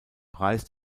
preis